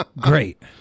Great